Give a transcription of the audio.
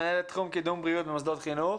מנהלת תחום קידום בריאות במוסדות חינוך.